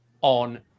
on